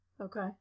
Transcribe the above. Okay